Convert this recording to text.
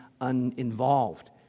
uninvolved